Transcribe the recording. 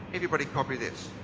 everybody copy this.